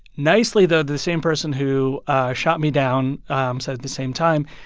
nicely, though, the same person who shot me down um said at the same time,